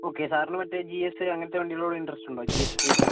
okay സാറിന് മറ്റേ G S A അങ്ങനത്തെ വണ്ടികളോട് ഇൻ്ററസ്റ്റ് ഉണ്ടോ മറ്റേ ജി എസ് ത്രീ ടെൻ